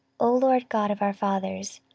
o lord god of our fathers,